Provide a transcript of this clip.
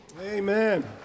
Amen